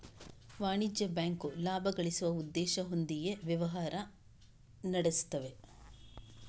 ವಾಣಿಜ್ಯ ಬ್ಯಾಂಕು ಲಾಭ ಗಳಿಸುವ ಉದ್ದೇಶ ಹೊಂದಿಯೇ ವ್ಯವಹಾರ ನಡೆಸ್ತವೆ